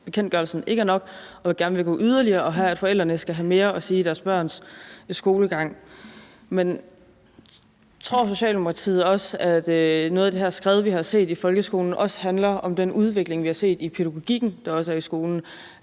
at ordensbekendtgørelsen ikke er nok og gerne vil gøre yderligere og have, at forældrene skal have mere at sige i deres børns skolegang. Men tror Socialdemokratiet også, at noget af det her skred, vi har set i folkeskolen, også handler om den udvikling, vi har set i pædagogikken, der også er i skolen,